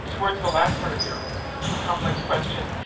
towards the last part of your complex question,